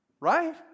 Right